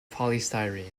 polystyrene